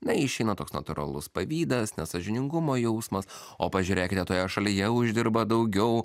na išeina toks natūralus pavydas nesąžiningumo jausmas o pažiūrėk kitoje šalyje uždirba daugiau